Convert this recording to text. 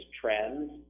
trends